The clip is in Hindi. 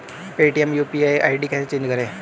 पेटीएम यू.पी.आई आई.डी कैसे चेंज करें?